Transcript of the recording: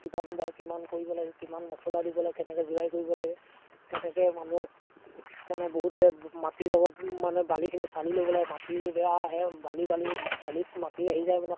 কিমান বাই কিমান কৰিব লাগে কিমান মচলা দিব লাগে কেনেকৈ জোৰাই কৰিব লাগে কেনেকৈ মানুহক মানে বহুতে মাটিৰ লগত মানে বালিখিনি চালি ল'ব লাগে মাটি বেয়া আহে বালি বালি বালিত মাটি আহি যায় মানে